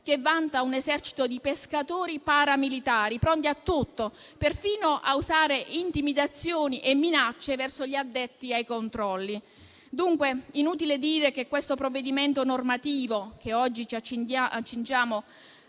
che vanta un esercito di pescatori paramilitari pronti a tutto, perfino a usare intimidazioni e minacce verso gli addetti ai controlli. Dunque è inutile dire che il provvedimento normativo che oggi ci accingiamo